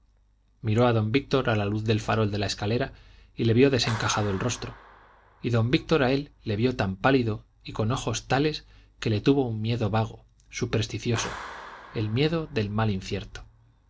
miró a don víctor a la luz del farol de la escalera y le vio desencajado el rostro y don víctor a él le vio tan pálido y con ojos tales que le tuvo un miedo vago supersticioso el miedo del mal incierto